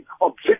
object